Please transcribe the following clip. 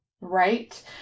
right